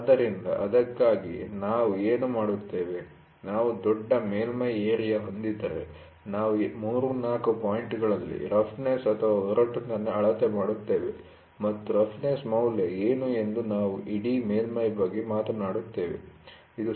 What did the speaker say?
ಆದ್ದರಿಂದ ಅದಕ್ಕಾಗಿಯೇ ನಾವು ಏನು ಮಾಡುತ್ತೇವೆ ನಾವು ದೊಡ್ಡ ಮೇಲ್ಮೈ ಏರಿಯ ಹೊಂದಿದ್ದರೆ ನಾವು 3 4 ಪಾಯಿಂಟ್ಗಳಲ್ಲಿ ರಫ್ನೆಸ್ಒರಟುತನ ಅಳತೆ ಮಾಡುತ್ತೇವೆ ಮತ್ತು ರಫ್ನೆಸ್ ಮೌಲ್ಯ ಏನು ಎಂದು ನಾವು ಇಡೀ ಮೇಲ್ಮೈ ಬಗ್ಗೆ ಮಾತನಾಡುತ್ತೇವೆ